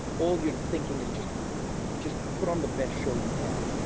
all you're thinking is just just put on the best show you can,